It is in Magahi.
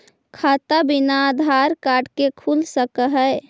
खाता बिना आधार कार्ड के खुल सक है?